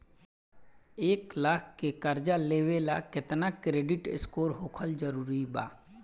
एक लाख के कर्जा लेवेला केतना क्रेडिट स्कोर होखल् जरूरी बा?